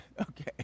Okay